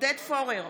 עודד פורר,